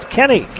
Kenny